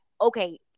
okay